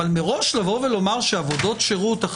אבל מראש לומר שעבודות שירות הן מחוץ לתחום,